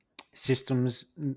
systems